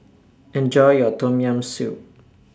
Enjoy your Tom Yam Soup